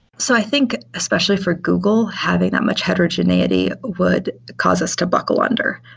so i think especially for google, having that much heterogeneity would cause us to buckle under.